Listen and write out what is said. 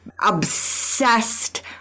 obsessed